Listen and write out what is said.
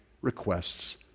requests